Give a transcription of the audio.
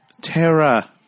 Terra